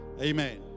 Amen